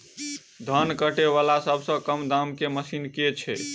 धान काटा वला सबसँ कम दाम केँ मशीन केँ छैय?